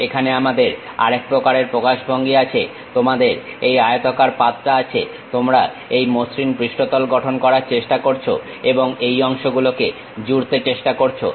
এখানে আমাদের আরেক প্রকারের প্রকাশভঙ্গি আছে তোমাদের এই আয়তাকার পাতটা আছে তোমরা এই মসৃণ পৃষ্ঠতল গঠন করার চেষ্টা করছো এবং এই অংশগুলোকে জুড়তে চেষ্টা করছো